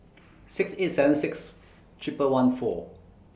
six eight seven six Triple one four